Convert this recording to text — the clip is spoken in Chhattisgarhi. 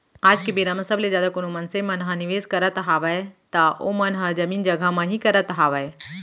आज के बेरा म सबले जादा कोनो मनसे मन ह निवेस करत हावय त ओमन ह जमीन जघा म ही करत हावय